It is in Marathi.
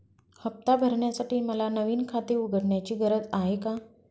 हफ्ता भरण्यासाठी मला नवीन खाते उघडण्याची गरज आहे का?